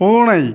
பூனை